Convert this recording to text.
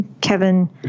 Kevin